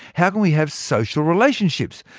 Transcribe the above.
how can we have social relationships?